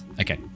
Okay